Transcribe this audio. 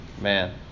man